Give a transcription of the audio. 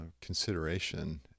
consideration